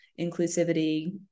inclusivity